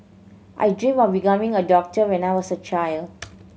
I dreamt of becoming a doctor when I was a child